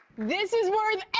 this is worth